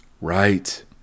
Right